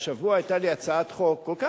השבוע היתה לי הצעת חוק כל כך,